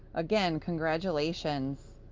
again, congratulations.